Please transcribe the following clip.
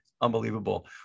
unbelievable